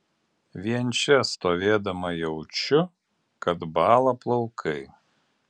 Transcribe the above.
vien čia stovėdama jaučiu kad bąla plaukai